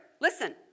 listen